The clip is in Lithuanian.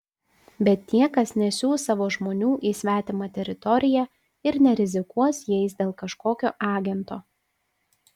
bet niekas nesiųs savo žmonių į svetimą teritoriją ir nerizikuos jais dėl kažkokio agento